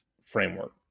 framework